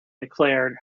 declared